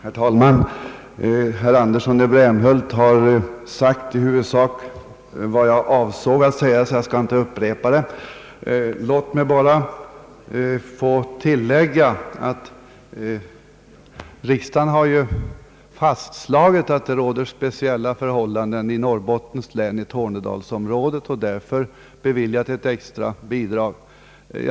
Herr talman! Herr Andersson i Brämhult har sagt i huvudsak vad jag avsåg att säga, och jag skall därför inte upprepa det. Låt mig bara få tillägga att riksdagen nu har fastslagit att det råder speciella förhållanden i tornedalsom rådet i Norrbottens län och därför beviljat ett extra bidrag åt företagareföreningen i detta län.